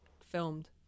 filmed